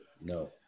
No